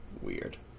weird